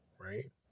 right